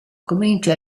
comincia